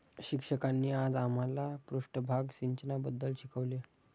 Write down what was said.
शिक्षकांनी आज आम्हाला पृष्ठभाग सिंचनाबद्दल शिकवले